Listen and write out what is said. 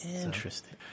Interesting